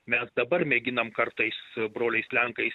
mes dabar mėginam kartais broliais lenkais